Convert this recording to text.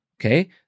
okay